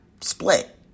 split